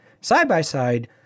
side-by-side